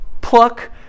pluck